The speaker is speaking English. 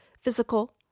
physical